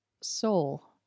soul